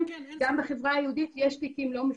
וגם בחברה היהודית יש תיקים לא מפוענחים.